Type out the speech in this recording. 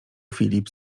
filip